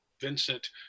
Vincent